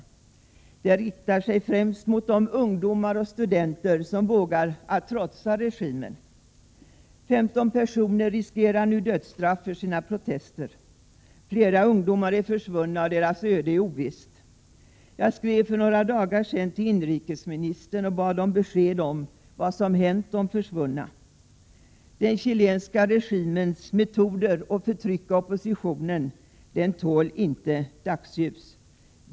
Förtrycket riktar sig främst mot de ungdomar och studenter som vågar trotsa regimen. Femton personer riskerar nu dödsstraff för sina protester. Flera ungdomar är försvunna, och deras öde är ovisst. Jag skrev för några dagar sedan till inrikesministern och bad om besked om vad som hänt de försvunna. Den chilenska regimens metoder att förtrycka oppositionen tål inte dagsljus.